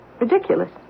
ridiculous